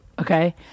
okay